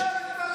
מדינה לצד מדינה,